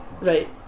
right